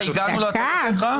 אה, הגענו להצהרות פתיחה?